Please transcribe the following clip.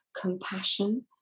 compassion